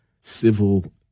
civil